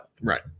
Right